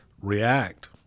react